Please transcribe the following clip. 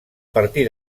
partir